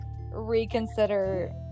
reconsider